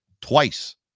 Twice